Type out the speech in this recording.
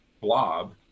blob